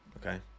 okay